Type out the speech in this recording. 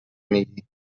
میگی